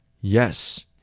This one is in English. Yes